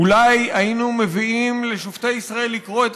אולי היינו מביאים לשופטי ישראל לקרוא את